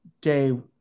day